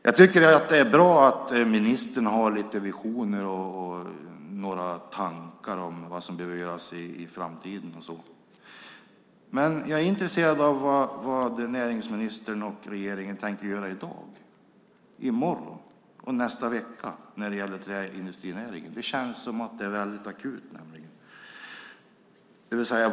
Jag tycker att det är bra att ministern har lite visioner och tankar om vad som behöver göras i framtiden. Men jag är intresserad av vad näringsministern och regeringen tänker göra i dag, i morgon och i nästa vecka när det gäller träindustrinäringen. Det känns som att det är akut.